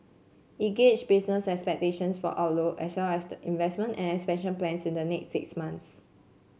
it gauge business expectations for outlook as well as the investment and expansion plans in the next six months